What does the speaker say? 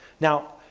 now,